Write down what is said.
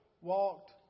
walked